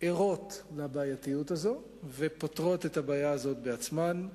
ערות לבעייתיות הזאת ופותרות את הבעיה בעצמן.